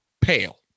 pale